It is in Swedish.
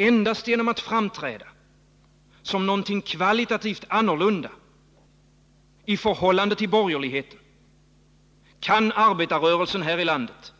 Endast genom att framträda som något kvalitativt annorlunda i förhållande till borgerligheten, kan arbetarrörelsen här i landet